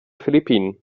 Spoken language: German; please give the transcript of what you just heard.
philippinen